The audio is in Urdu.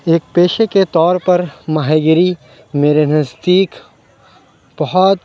ایک پیشے کے طور پر ماہی گیری میرے نزدیک بہت